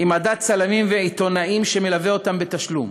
עם עדת צלמים ועיתונאים שמלווה אותם בתשלום?